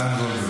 עידן רול,